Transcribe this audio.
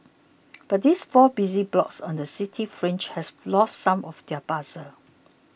but these four busy blocks on the city fringe have lost some of their bustle